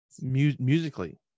musically